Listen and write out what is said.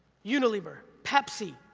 unilever, pepsi,